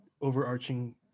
overarching